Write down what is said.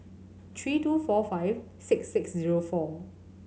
three two four five six six zero four